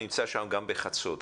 נמצאים שם גם בחצות,